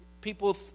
people